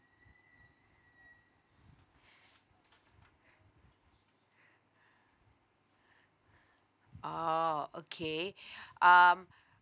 oh okay um